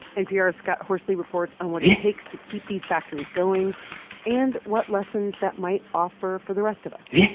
npr's scott horsley reports on what it takes to keep these factories going and what lessons that might offer for the rest of us